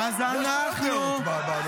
באמת.